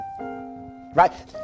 Right